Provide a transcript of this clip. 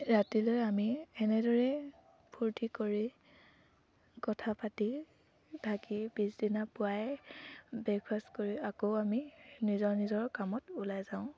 ৰাতিলৈ আমি এনেদৰে ফূৰ্তি কৰি কথা পাতি থাকি পিছদিনা পুৱাই ব্ৰেকফাষ্ট কৰি আকৌ আমি নিজৰ নিজৰ কামত ওলাই যাওঁ